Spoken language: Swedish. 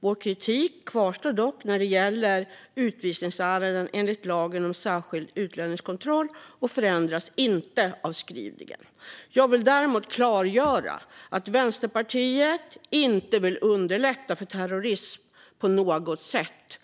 Vår kritik kvarstår dock när det gäller utvisningsärenden enligt lagen om särskild utlänningskontroll och förändras inte av skrivningen. Jag vill däremot klargöra att Vänsterpartiet inte vill underlätta för terrorism på något sätt.